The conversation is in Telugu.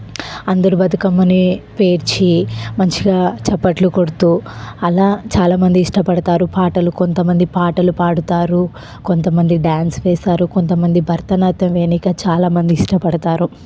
అందరు బతుకమ్మను పేర్చి మంచిగా చప్పట్లు కొడుతు అలా చాలామంది ఇష్టపడతారు పాటలు కొంతమంది పాటలు పాడతారు కొంతమంది డ్యాన్స్ వేశారు కొంతమంది భరతనాట్యం వేయడానికి చాలామంది ఇష్టపడతారు